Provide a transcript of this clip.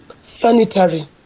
sanitary